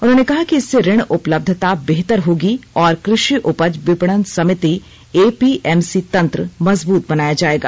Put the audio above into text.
उन्होंने कहा कि इससे ऋण उपलब्यता बेहतर होगी और कृषि उपज विपणन समिति एपीएमसी तंत्र मजबूत बनाया जाएगा